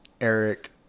Eric